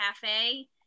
cafe